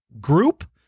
group